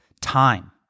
time